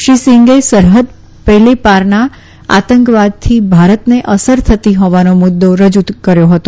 શ્રી સીંગે સરહદ પેલે પારના આતંકવાદથી ભારતને અસર થતી હોવાનો મુદૃ રજુ કર્યો હતો